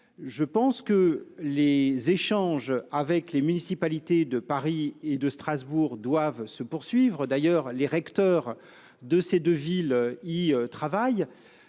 enfants. Les échanges avec les municipalités de Paris et de Strasbourg doivent se poursuivre, et les recteurs de ces deux villes y travaillent.